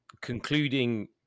concluding